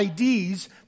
IDs